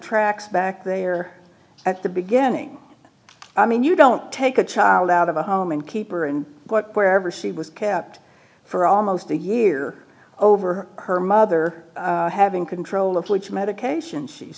tracks back there at the beginning i mean you don't take a child out of a home and keep her and what wherever she was kept for almost a year over her mother having control of which medications she's